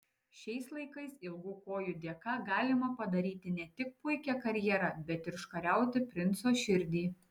šiais laikais ilgų kojų dėka galima padaryti ne tik puikią karjerą bet ir užkariauti princo širdį